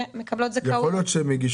ומקבלות זכאות.